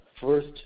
first